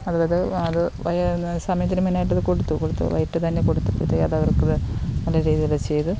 അതായത് അത് വൈകുന്നേരം സമയത്തിനു മുന്നായിട്ടത് കൊടുത്തു കൊടുത്തു വൈകിട്ട് തന്നെ കൊടുത്തു ഇതേതത് അവർക്കത് നല്ല രീതിയിൽ ചെയ്ത്